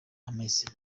ameze